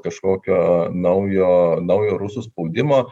kažkokio naujo naujo rusų spaudimo